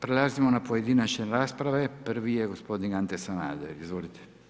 Prelazimo na pojedinačne rasprave, prvi je gospodin Ante Sanader, izvolite.